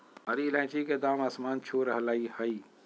हरी इलायची के दाम आसमान छू रहलय हई